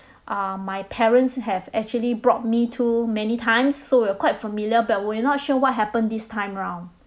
uh my parents have actually brought me to many times so we're quite familiar but we're not sure what happened this time round